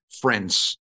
friends